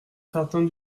certains